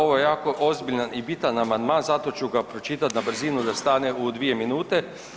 Ovo je jako ozbiljan i bitan amandman zato ću ga pročitat na brzinu da stane u dvije minute.